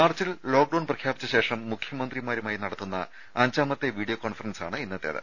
മാർച്ചിൽ ലോക്ഡൌൺ പ്രഖ്യാപിച്ച ശേഷം മുഖ്യമന്ത്രിമാരുമായി നടത്തുന്ന അഞ്ചാമത്തെ വീഡിയോ കോൺഫറൻസ് ആണ് ഇന്നത്തേത്